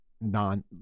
non